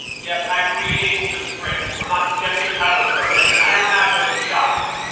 yes, i'm reading the script. i'm not jesse tyler ferguson, i don't have those chops.